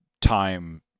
time